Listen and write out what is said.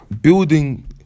building